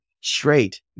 straight